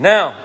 Now